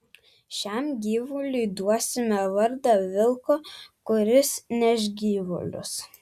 šiam gyvuliui duosime vardą vilko kuris neš gyvulius